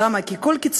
למה?